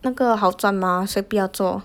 那个好赚 mah 谁不要做